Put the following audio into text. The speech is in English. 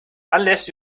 unless